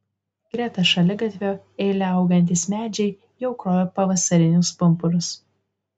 greta šaligatvio eile augantys medžiai jau krovė pavasarinius pumpurus